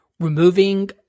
removing